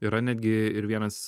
yra netgi ir vienas